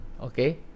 Okay